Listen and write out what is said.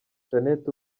janet